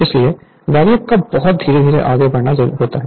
इसलिए VARIAC को बहुत धीरे धीरे आगे बढ़ाना होता है